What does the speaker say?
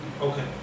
Okay